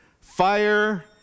fire